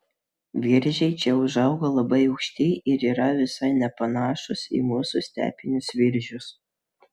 viržiai čia užauga labai aukšti ir yra visai nepanašūs į mūsų stepinius viržius